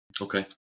Okay